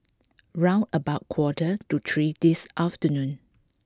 round about quarter to three this afternoon